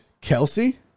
Kelsey